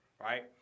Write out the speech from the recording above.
right